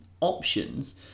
options